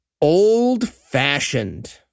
Old-fashioned